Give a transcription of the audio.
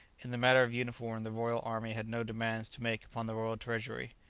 in the matter of uniform, the royal army had no demands to make upon the royal treasury.